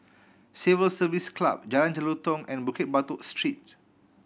Civil Service Club Jalan Jelutong and Bukit Batok Street